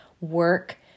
work